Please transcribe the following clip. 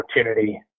opportunity